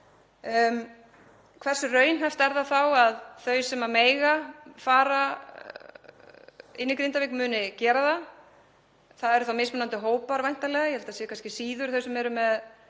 Hversu raunhæft er það þá að þau sem mega fara inn í Grindavík muni gera það? Það eru þá mismunandi hópar væntanlega. Ég held að það sé kannski síður þau sem eru með